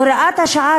הוראת השעה,